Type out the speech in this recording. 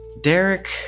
Derek